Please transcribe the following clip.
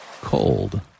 cold